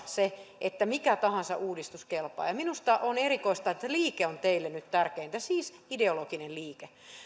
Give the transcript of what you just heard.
se että mikä tahansa uudistus kelpaa ja minusta on erikoista että liike on teille nyt tärkein siis ideologinen liike